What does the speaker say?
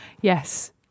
Yes